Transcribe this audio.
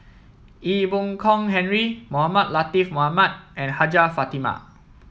Ee Boon Kong Henry Mohamed Latiff Mohamed and Hajjah Fatimah